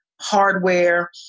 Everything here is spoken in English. hardware